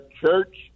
church